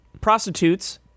prostitutes